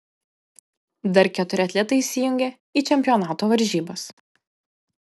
dar keturi atletai įsijungia į čempionato varžybas